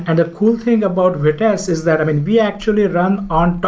and cool thing about vitess is that, i mean, we actually run on